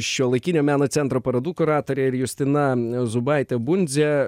šiuolaikinio meno centro parodų kuratorė ir justina zubaitė bundzė